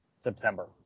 September